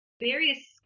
various